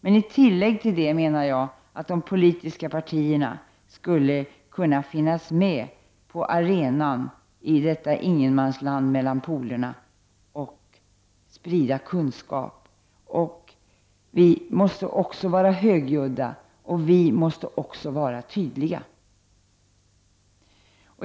I tillägg till det menar jag att de politiska partierna skulle finnas med på arenan i detta ingenmansland mellan polerna och sprida kunskap. Vi måste också vara högljudda, och vi måste vara tydliga.